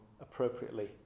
appropriately